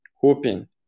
hoping